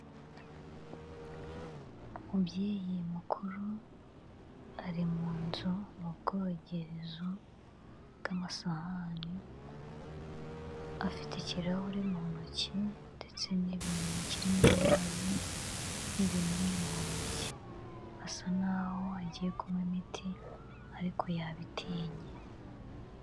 Umubyeyi mukuru, ari munzu mu bwongerezo bw'amasahani, afite ikirahuri mu ntoki ndetse kirimo amazi, n'ibinini mu ntoki. Asa na ho agiye kunywa imiti, ariko yabitinye.